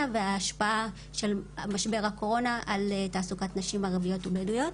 וההשפעה של משבר הקורונה על תעסוקת נשים ערביות בדואיות.